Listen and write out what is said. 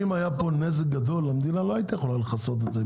אם היה פה נזק גדול מדינת ישראל לא הייתה יכולה לכסות את זה.